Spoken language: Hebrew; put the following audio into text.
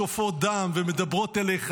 ששופעות דם ומדברות אליך,